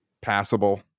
Passable